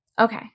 Okay